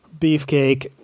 Beefcake